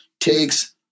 takes